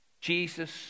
Jesus